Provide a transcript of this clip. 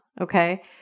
okay